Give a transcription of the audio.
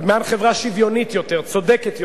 למען חברה שוויונית יותר, צודקת יותר?